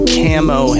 camo